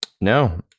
No